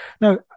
Now